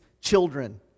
children